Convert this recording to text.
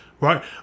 right